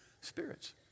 spirits